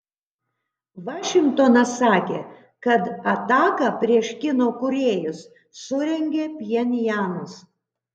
vašingtonas sakė kad ataką prieš kino kūrėjus surengė pchenjanas